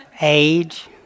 Age